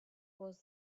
was